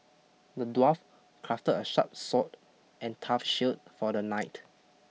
the dwarf crafted a sharp sword and tough shield for the knight